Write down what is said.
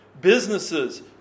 businesses